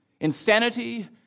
insanity